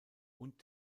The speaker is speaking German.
und